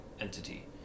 entity